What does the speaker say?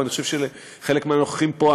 ואני חושב שלחלק מהנוכחים פה,